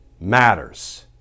matters